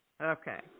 Okay